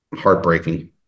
heartbreaking